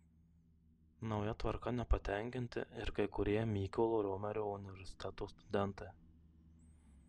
nauja tvarka nepatenkinti ir kai kurie mykolo romerio universiteto studentai